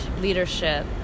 leadership